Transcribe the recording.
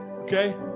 Okay